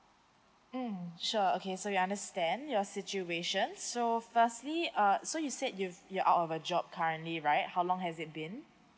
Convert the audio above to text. mm sure okay so we understand your situation so firstly uh so you said you've you're out of a job currently right how long has it been